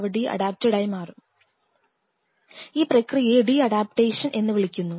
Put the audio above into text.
അവ de adapted ആയി മാറും ഈ പ്രക്രിയയെ ഡി അഡാപ്റ്റേഷൻ എന്ന് വിളിക്കുന്നു